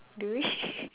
do we